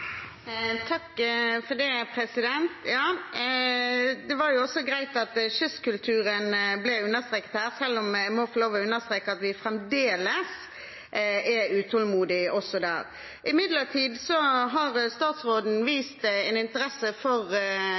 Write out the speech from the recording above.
Det var jo greit at kystkulturen ble understreket her, selv om jeg må få lov til å understreke at vi fremdeles er utålmodige også der. Imidlertid har statsråden vist en interesse for